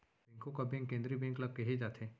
बेंको का बेंक केंद्रीय बेंक ल केहे जाथे